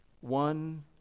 one